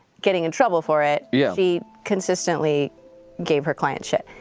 getting in trouble for it. yeah she consistently gave her clients shit.